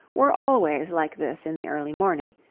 were always like this in the early morning.